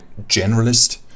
generalist